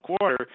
quarter